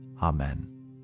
Amen